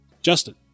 Justin